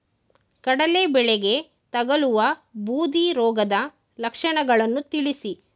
ಕಡಲೆ ಬೆಳೆಗೆ ತಗಲುವ ಬೂದಿ ರೋಗದ ಲಕ್ಷಣಗಳನ್ನು ತಿಳಿಸಿ?